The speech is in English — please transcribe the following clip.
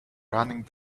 running